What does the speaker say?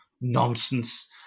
nonsense